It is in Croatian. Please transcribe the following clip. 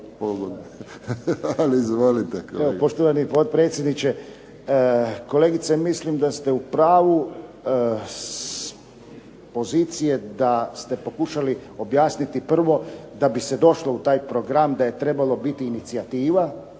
**Škvorc, Milivoj (HDZ)** Poštovani potpredsjedniče. Kolegice mislim da ste u pravu s pozicije da ste pokušali objasniti prvo da biste došlo u taj program da je trebala biti inicijativa,